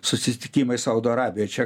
susitikimai saudo arabijoj čia